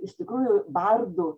iš tikrųjų bardų